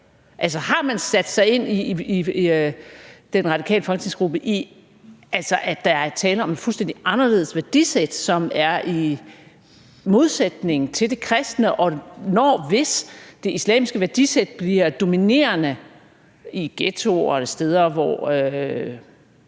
Har den radikale folketingsgruppe sat sig ind i, at der altså er tale om et fuldstændig anderledes værdisæt, som er i modsætning til det kristne, og at når/hvis det islamiske værdisæt bliver dominerende i ghettoer og steder, hvor